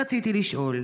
רציתי לשאול: